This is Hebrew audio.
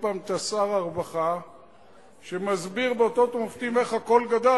פעם את שר הרווחה מסביר באותות ומופתים איך הכול גדל,